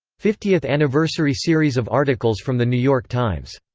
fiftieth anniversary series of articles from the new york times.